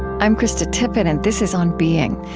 i'm krista tippett, and this is on being.